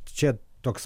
čia toks